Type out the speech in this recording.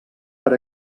per